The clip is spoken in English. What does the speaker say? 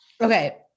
Okay